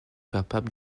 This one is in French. capables